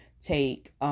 take